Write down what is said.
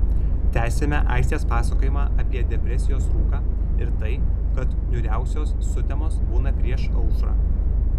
tęsiame aistės pasakojimą apie depresijos rūką ir tai kad niūriausios sutemos būna prieš aušrą